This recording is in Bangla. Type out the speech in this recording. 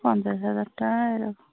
পঞ্চাশ হাজার টাকা এরকম